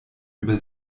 über